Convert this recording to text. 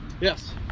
Yes